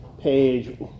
page